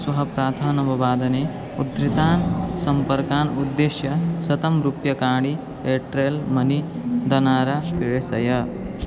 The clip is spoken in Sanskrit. श्वः प्रातः नवदने उद्धृतान् सम्पर्कान् उद्दिश्य शतं रूप्यकाणि एर्टेल् मनी द्वारा प्रेषय